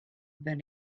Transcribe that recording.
been